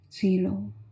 zero